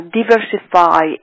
diversify